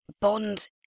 Bond